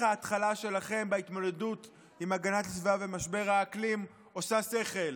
ההתחלה שלכם בהתמודדות עם הגנת הסביבה ומשבר האקלים עושה שכל.